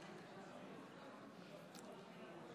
49,